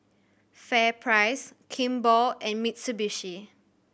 FairPrice Kimball and Mitsubishi